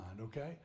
okay